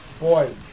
Boy